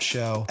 show